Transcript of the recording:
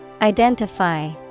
Identify